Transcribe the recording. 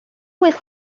was